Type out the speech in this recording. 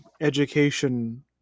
education